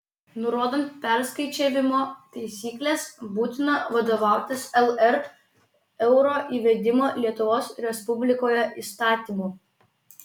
nurodant perskaičiavimo taisykles būtina vadovautis lr euro įvedimo lietuvos respublikoje įstatymu